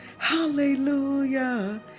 hallelujah